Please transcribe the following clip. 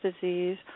disease